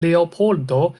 leopoldo